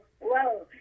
whoa